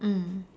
mm